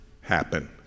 happen